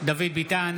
דוד ביטן,